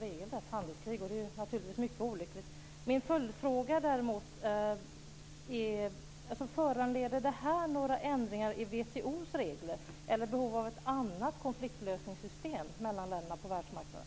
regelrätt handelskrig. Det är naturligtvis mycket olyckligt. Min följdfråga är: Föranleder detta några ändringar i WTO:s regler, eller finns behov av ett annat konfliktlösningssystem mellan länderna på världsmarknaden?